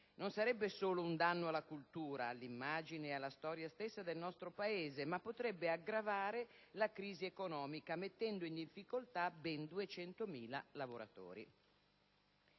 Non sarebbe solo un danno alla cultura, all'immagine e alla storia stessa del nostro Paese, ma potrebbe aggravare la crisi economica mettendo in difficoltà ben 200.000 lavoratori